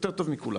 יותר טוב מכולם.